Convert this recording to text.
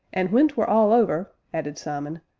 and when twere all over, added simon,